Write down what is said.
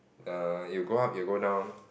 err you go up you go down